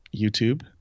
youtube